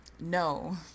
no